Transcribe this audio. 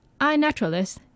iNaturalist